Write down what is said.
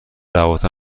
روابط